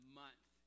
month